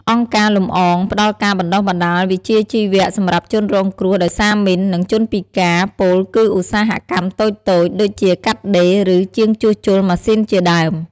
អង្គការ លំអង ផ្ដល់ការបណ្តុះបណ្ដាលវិជ្ជាជីវៈសម្រាប់ជនរងគ្រោះដោយសារមីន និងជនពិការ ពោលគឺឧស្សាហកម្មតូចៗ ដូចជាកាត់ដេរ ឬ ជាងជួសជុលម៉ាសុីនជាដើម។